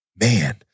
man